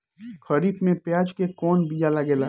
खरीफ में प्याज के कौन बीया लागेला?